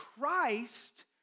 Christ